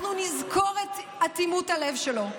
אנחנו נזכור את אטימות הלב שלו,